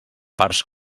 parts